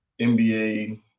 NBA